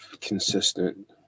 consistent